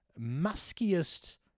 muskiest